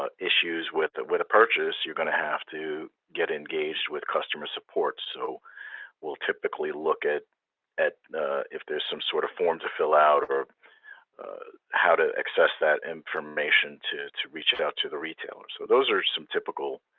ah issues with with a purchase, you're going to have to get engaged with customer support. so we'll typically look at at if there's some sort of form to fill out or how to access that information to to reach out to the retailer. so those are some typical